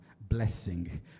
blessing